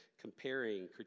comparing